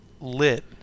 lit